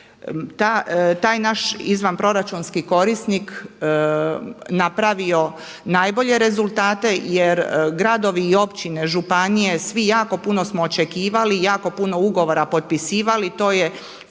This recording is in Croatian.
taj naš izvanproračunski korisnik napravio najbolje rezultate jer gradovi i općine, županije svi jako puno smo očekivali i jako puno ugovora potpisivali. To je